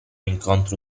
incontro